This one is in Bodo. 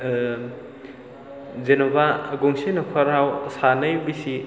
जेनेबा गंसे न'खराव सानै बिसि